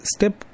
Step